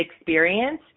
experience